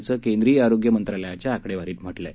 असं केंद्रीय आरोग्य मंत्रालयाच्या आक वारीत म्हटलं आहे